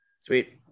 sweet